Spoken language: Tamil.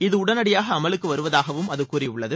இது உடனடியாக அமலுக்கு வருவதாகவும் அது கூறியுள்ளது